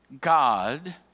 God